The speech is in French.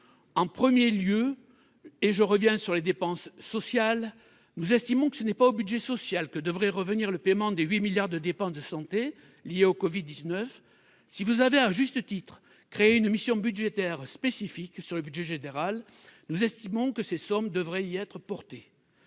En premier lieu - je reviens sur les dépenses sociales -, nous estimons que ce n'est pas au budget social que devrait revenir le paiement des 8 milliards de dépenses de santé liées au Covid-19. Si vous avez, à juste titre, créé une mission budgétaire spécifique dans le budget général, nous estimons que ces sommes devraient y être portées,